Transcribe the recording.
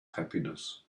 happiness